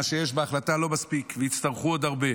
מה שיש בהחלטה לא מספיק, ויצטרכו עוד הרבה.